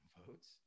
votes